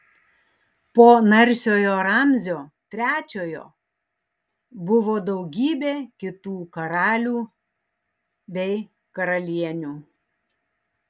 po narsiojo ramzio trečiojo buvo daugybė kitų karalių bei karalienių